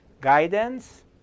guidance